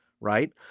right